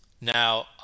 Now